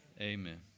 Amen